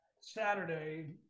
Saturday